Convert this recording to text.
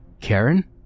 Karen